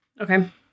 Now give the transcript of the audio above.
Okay